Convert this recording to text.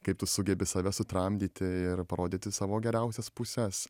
kaip tu sugebi save sutramdyti ir parodyti savo geriausias puses